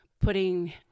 putting